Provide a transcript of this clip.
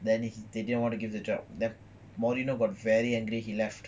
then he they didn't want to give the job then mourinho got very angry he left